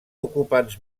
ocupants